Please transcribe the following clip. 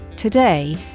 today